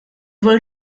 wollen